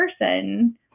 person